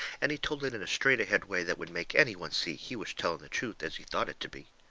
and he told it in a straight-ahead way that would make any one see he was telling the truth as he thought it to be.